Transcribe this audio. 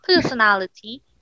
personality